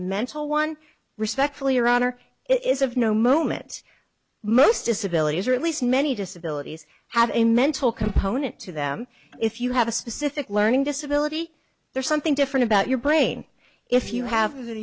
mental one respectfully around or it is of no moment most disability or at least many disabilities have a mental component to them if you have a specific learning disability there's something different about your brain if you have